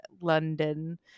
london